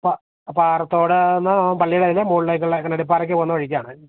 പാറത്തോട് നിന്ന് പള്ളി കഴിഞ്ഞാൽ മുകളിലേക്കുള്ള അങ്ങനെ ഇടിപ്പാറക്ക് പോകുന്ന വഴിക്കാണ്